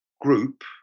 group